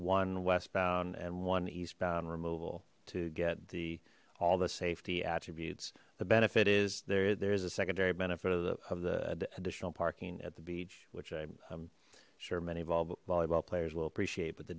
one westbound and one eastbound removal to get the all the safety attributes the benefit is there there's a secondary benefit of the additional parking at the beach which i'm sure many volleyball players will appreciate but the